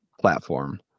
platform